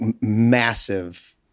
massive